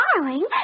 darling